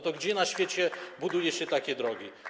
To gdzie na świecie buduje się takie drogi?